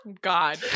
God